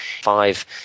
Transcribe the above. five –